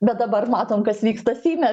bet dabar matom kas vyksta seime